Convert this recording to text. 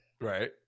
Right